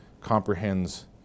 comprehends